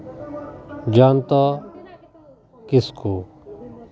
ᱡᱚᱭᱚᱱᱛᱚ ᱠᱤᱥᱠᱩ